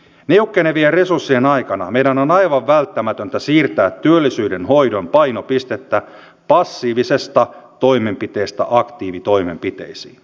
niukkenevien resurssien aikana meidän on aivan kustannustenjaon tarkistus tehdään ja prosenttiosuutta kuntien valtionosuuksiin muutetaan